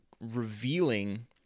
revealing